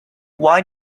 why